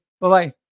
Bye-bye